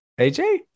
AJ